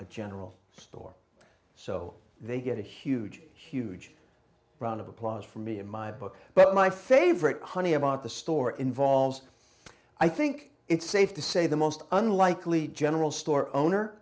the general store so they get a huge huge round of applause for me in my book but my favorite honey about the store involves i think it's safe to say the most unlikely general store owner